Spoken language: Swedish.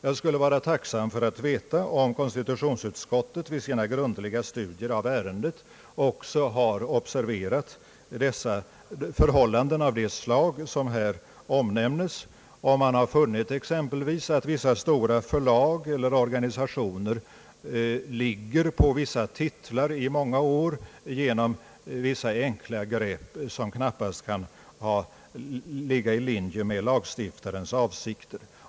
Jag skulle vara tacksam att få veta om konstitutionsutskottet vid sina grundliga studier av ärendet har observerat förhållanden av det slag som här omnämnes, om man har funnit exempelvis att vissa stora förlag eller organisationer ligger på titlar i många år genom vissa enkla grepp som knappast kan vara i linje med lagstiftarens av sikter.